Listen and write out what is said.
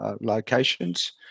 locations